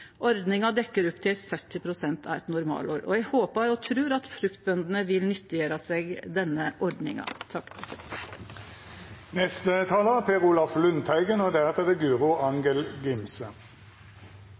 Ordninga dekkjer opp til 70 pst. av eit normalår. Eg håpar og trur at fruktbøndene vil nyttiggjere seg denne ordninga. Bondeopprøret førte til brudd i årets jordbruksoppgjør. Grasrota i jordbruket sto endelig opp og